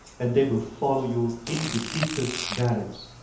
and they will follow you into the deepest valleys